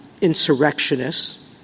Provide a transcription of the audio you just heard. insurrectionists